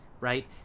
right